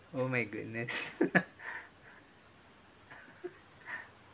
oh my goodness